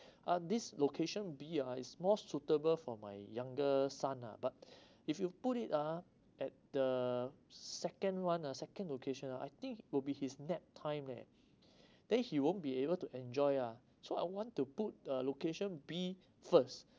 uh this location B ah is more suitable for my younger son lah but if you put it ah at the second one ah second location ah I think will be his nap time leh then he won't be able to enjoy lah so I want to put uh location B first